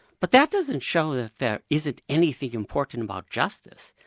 but that doesn't show that there isn't anything important about justice.